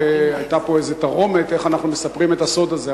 והיתה פה איזו תרעומת איך אנחנו מספרים את הסוד הזה.